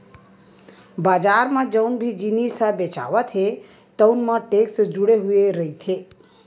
बजार म जउन भी जिनिस ह बेचावत हे तउन म टेक्स जुड़े हुए रहिथे